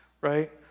right